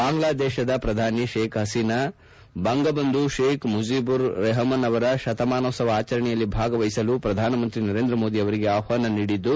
ಬಾಂಗ್ಲಾದೇಶದ ಪ್ರಧಾನಿ ಷೇಕ್ ಹಸೀನಾ ಅವರು ಬಂಗಬಂಧು ಷೇಕ್ ಮುಜಿಬುರ್ ರೆಹಮಾನ್ ಅವರ ಶತಮಾನೋತ್ಸವ ಆಚರಣೆಯಲ್ಲಿ ಭಾಗವಹಿಸಲು ಶ್ರಧಾನಮಂತ್ರಿ ನರೇಂದ್ರ ಮೋದಿ ಅವರಿಗೆ ಆಹ್ವಾನ ನೀಡಿದ್ದು